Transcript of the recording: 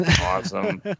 Awesome